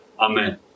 Amen